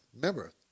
remember